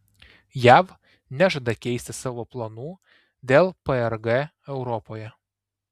jav nežada keisti savo planų dėl prg europoje